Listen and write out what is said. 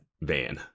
van